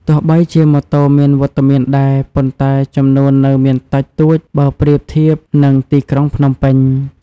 ទោះបីជាម៉ូតូមានវត្តមានដែរ ប៉ុន្តែចំនួននៅមានតិចតួចបើប្រៀបធៀបនឹងទីក្រុងភ្នំពេញ។